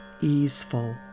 easeful